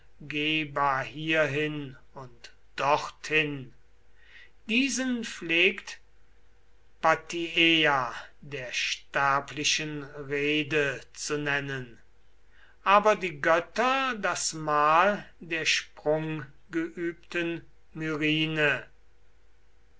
umgehbar hierhin und dorthin diesen pflegt batieia der sterblichen rede zu nennen aber die götter das mal der sprunggeübten